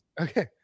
okay